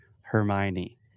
Hermione